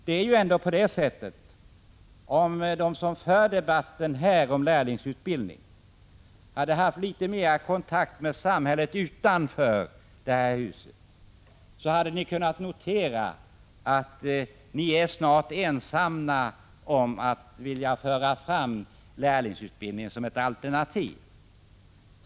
Om ni som för debatten om lärlingsutbildning hade haft litet mera kontakt med samhället utanför detta hus, så hade ni kunnat notera att ni snart är ensamma om att vilja föra fram lärlingsutbildningen som ett alternativ.